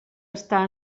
està